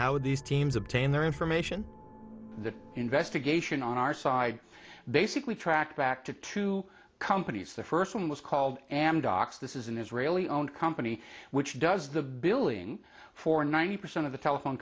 how these teams obtain their information that investigation on our side basically tracked back to two companies the first one was called amdocs this is an israeli owned company which does the billing for ninety percent of the telephone